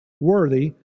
worthy